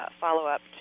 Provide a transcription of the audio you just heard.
follow-up